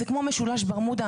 זה כמו משולש ברמודה,